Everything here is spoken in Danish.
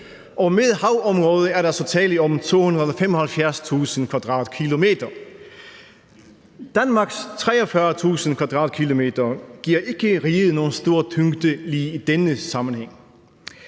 og med havområdet er der altså tale om 275.000 km². Danmarks 43.000 km² giver ikke riget nogen stor tyngde lige i denne sammenhæng.